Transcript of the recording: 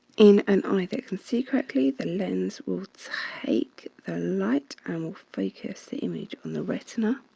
in an eye that can see correctly, the lens will take the light and will focus the image on the retina.